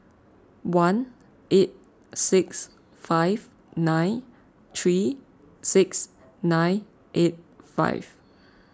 one eight six five nine three six nine eight five